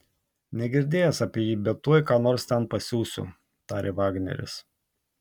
negirdėjęs apie jį bet tuoj ką nors ten pasiųsiu tarė vagneris